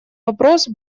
вопрос